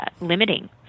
limiting